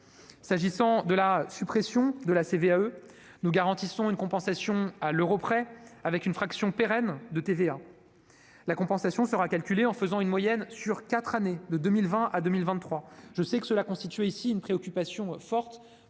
ajoutée des entreprises (CVAE), nous garantissons une compensation à l'euro près avec une fraction pérenne de TVA. La compensation sera calculée en faisant une moyenne sur quatre années, de 2020 à 2023. Je sais que cela constituait une préoccupation forte